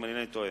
אם אינני טועה.